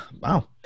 Wow